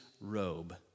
robe